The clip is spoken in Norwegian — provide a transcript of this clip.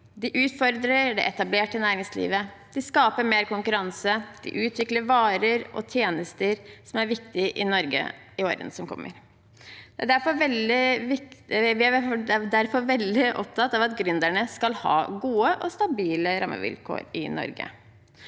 De utfordrer det etablerte næringslivet. De skaper mer konkurranse. De utvikler varer og tjenester som blir viktige i Norge i årene som kommer. Vi er derfor veldig opptatt av at gründerne skal ha gode og stabile rammevilkår i Norge.